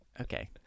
okay